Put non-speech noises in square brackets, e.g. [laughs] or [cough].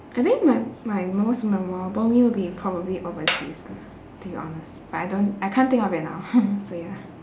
I think my my most memorable meal will be probably overseas lah to be honest but I don't I can't think of it now [laughs] so ya